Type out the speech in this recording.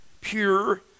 pure